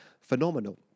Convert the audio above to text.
Phenomenal